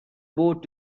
boat